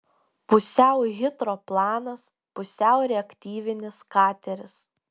pusiau hidroplanas pusiau reaktyvinis kateris